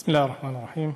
בסם אללה א-רחמאן א-רחים.